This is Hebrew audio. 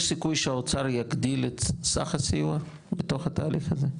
יש סיכוי שהאוצר יגדיל את סך הסיוע בתוך התהליך הזה?